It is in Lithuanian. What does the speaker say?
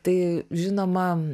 tai žinoma